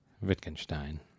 Wittgenstein